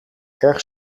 erg